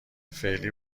فعلی